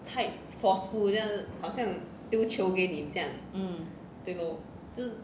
mm